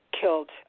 killed